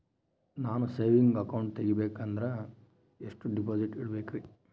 ನಾನು saving account ತೆಗಿಬೇಕಂದರ ಎಷ್ಟು ಡಿಪಾಸಿಟ್ ಇಡಬೇಕ್ರಿ?